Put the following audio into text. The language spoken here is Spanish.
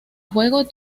juego